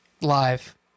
live